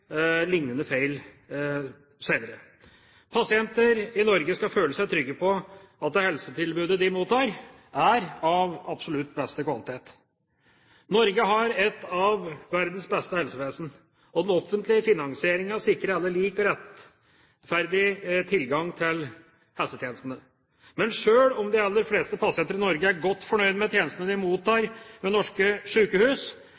feil senere. Pasienter i Norge skal føle seg trygge på at det helsetilbudet de mottar, er av absolutt beste kvalitet. Norge har et av verdens beste helsevesen. Den offentlige finansieringen sikrer alle lik og rettferdig tilgang til helsetjenestene. Men sjøl om de aller fleste pasienter i Norge er godt fornøyd med tjenestene de